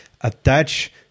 attach